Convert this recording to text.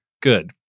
Good